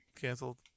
canceled